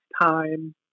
time